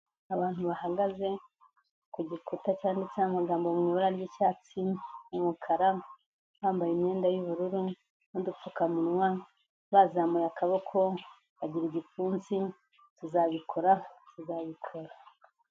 Abantu bahagaze ku igikuta cyanditse amagambo mu ibara ry'icyatsi, umukara bambaye imyenda y'ubururu n'udupfukamunwa bazamuye akaboko bagira igipfunsi tuzabikora, tuzabikora.